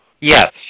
Yes